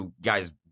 guys